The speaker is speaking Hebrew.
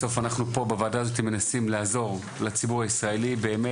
בסוף אנחנו פה בוועדה הזאת מנסים לעזור לציבור הישראלי באמת.